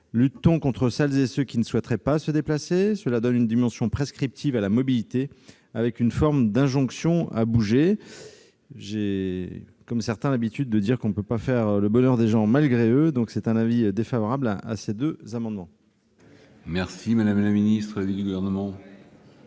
lutte-t-on contre celles et ceux qui ne souhaiteraient pas se déplacer ? Cela donne une dimension « prescriptive » à la mobilité, avec une forme d'injonction à bouger. J'ai, comme certains, l'habitude de dire qu'on ne peut pas faire le bonheur des gens malgré eux ! La commission émet donc un avis défavorable sur ces deux amendements identiques. Quel est l'avis du Gouvernement